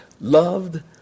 loved